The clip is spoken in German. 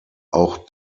auch